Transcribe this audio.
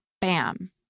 bam